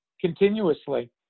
continuously